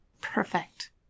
Perfect